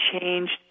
changed